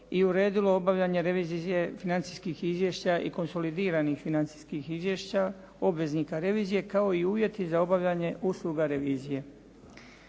i uredilo obavljanje revizije financijskih izvješća i konsolidiranih financijskih izvješća, obveznika revizije kao i uvjeti za obavljanje usluga revizije.